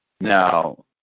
Now